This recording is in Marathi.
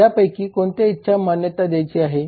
यापैकी कोणत्या इच्छेला मान्यता द्यायची आहे